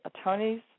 attorneys